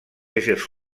éssers